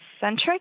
centric